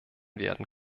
werden